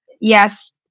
yes